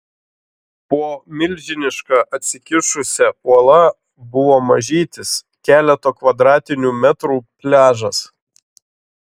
po milžiniška atsikišusia uola buvo mažytis keleto kvadratinių metrų pliažas